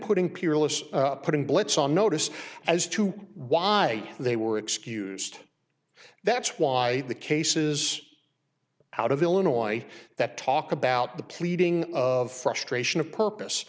peerless putting blips on notice as to why they were excused that's why the cases out of illinois that talk about the pleading of frustration of purpose